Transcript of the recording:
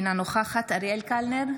אינה נוכחת אריאל קלנר,